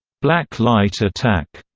black light attack,